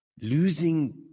losing